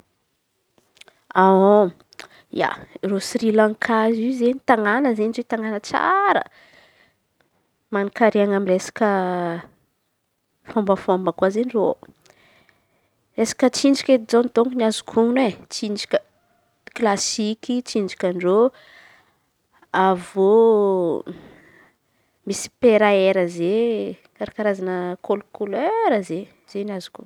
Ia, reo Sri Lanka io izen̈y tanànany izen̈y izy io tanàn̈a tanàn̈a tsara mankaren̈a amy resaka fômbafômba koa izen̈y reo ao. Resaka tsinjaky edy izen̈y azoko on̈o e; klasiky tsinjakin-dreo avy eo misy pera era zey karà karàha ze kolokolera zey zey no azoko on̈o.